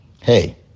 Hey